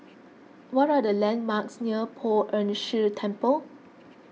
what are the landmarks near Poh Ern Shih Temple